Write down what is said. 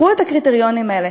קחו את הקריטריונים האלה,